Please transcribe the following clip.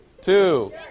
two